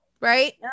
Right